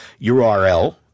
URL